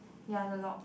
ya is a log